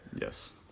Yes